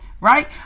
right